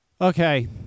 Okay